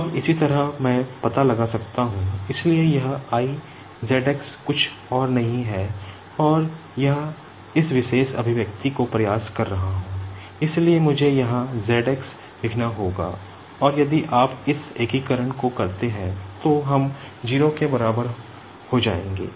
अब इसी तरह मैं पता लगा सकता हूं इसलिए यह I zx कुछ और नहीं है और यह इस विशेष एक्सप्रेशन को करते हैं तो हम 0 के बराबर हो जाएंगे